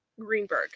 Greenberg